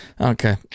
Okay